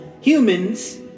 Humans